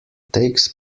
takes